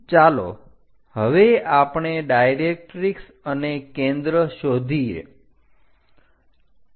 ચાલો હવે આપણે ડાયરેક્ટરીક્ષ અને કેન્દ્ર શોધીએ